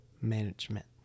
management